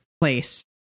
place